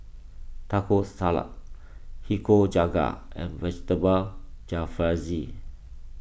Taco Salad Nikujaga and Vegetable Jalfrezi